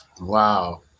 wow